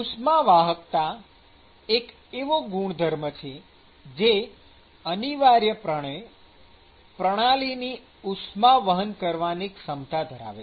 ઉષ્મા વાહકતા એક એવો ગુણધર્મ છે જે અનિવાર્યપણે પ્રણાલીની ઉષ્મા વહન કરવાની ક્ષમતા ધરાવે છે